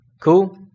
Cool